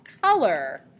color